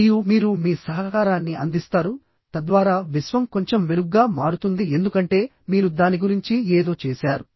మరియు మీరు మీ సహకారాన్ని అందిస్తారు తద్వారా విశ్వం కొంచెం మెరుగ్గా మారుతుంది ఎందుకంటే మీరు దాని గురించి ఏదో చేసారు